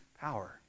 power